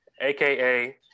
aka